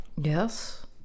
Yes